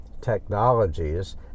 technologies